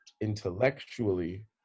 intellectually